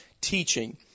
Teaching